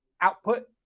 output